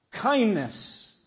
kindness